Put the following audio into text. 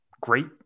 great